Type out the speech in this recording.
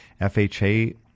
FHA